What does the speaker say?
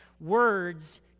Words